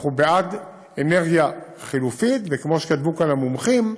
אנחנו בעד אנרגיה חלופית, וכמו שכתבו כאן המומחים,